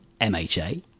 MHA